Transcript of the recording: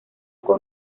con